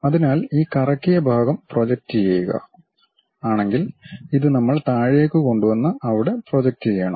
അതിനാൽ ഈ കറക്കിയ ഭാഗം പ്രൊജക്റ്റ് ചെയ്യുക ആണെങ്കിൽ ഇത് നമ്മൾ താഴേക്ക് കൊണ്ടുവന്നു അവിടെ പ്രോജക്റ്റ് ചെയ്യണം